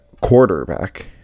quarterback